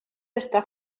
està